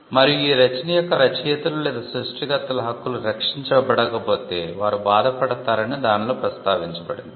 మరియు ఈ రచన యొక్క రచయితలు లేదా సృష్టికర్తల హక్కులు రక్షించబడకపోతే వారు బాధపడతారని దానిలో ప్రస్తావించబడింది